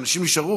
אנשים נשארו,